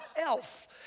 Elf